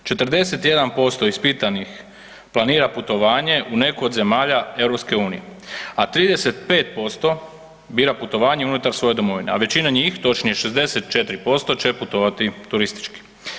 41% ispitanih planira putovanje u neku od zemalja EU-a 35% bira putovanje unutar svoje domovine a većina njih, točnije 64% će putovati turistički.